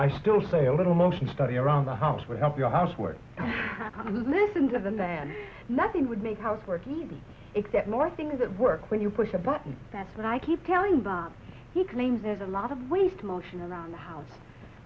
i still say a little motion study around the house would help your housework i listen to them then nothing would make house work easy except more things at work when you push a button that's what i keep telling you that you claim there's a lot of ways to motion around